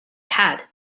had